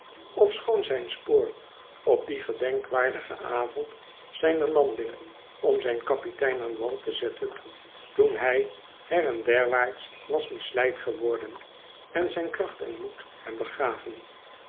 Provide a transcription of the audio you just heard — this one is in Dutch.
ofschoon zijn spoor op dien gedenkwaardigen avond zijner landing om zijn kapitein aan wal te zetten toen hij her en derwaarts was misleid geworden en zijn kracht en moed hem begaven